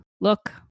look